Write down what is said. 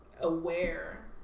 aware